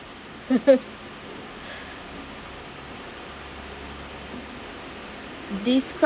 describe